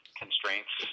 constraints